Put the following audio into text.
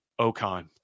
Okan